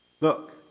Look